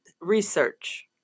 research